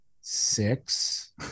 Six